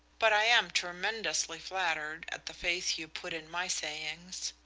but i am tremendously flattered at the faith you put in my sayings.